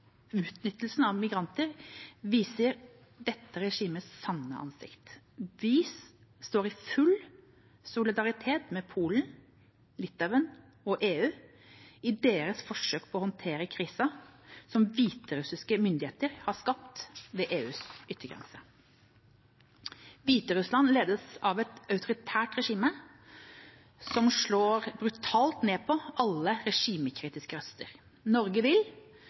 Utnyttelsen av migranter viser dette regimets sanne ansikt. Vi står i full solidaritet med Polen, Litauen og EU i deres forsøk på å håndtere krisen som hviterussiske myndigheter har skapt ved EUs yttergrenser. Hviterussland ledes av et autoritært regime som slår brutalt ned på alle regimekritiske røster. Norge vil,